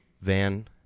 Van